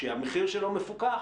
שמחירו מפוקח,